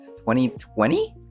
2020